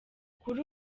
kuri